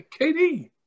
KD